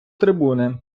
трибуни